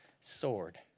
sword